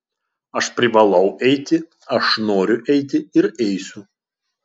aš privalau eiti aš noriu eiti ir eisiu